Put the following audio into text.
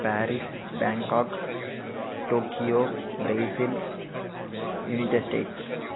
Paris Bangkok Tokyo Brazil United States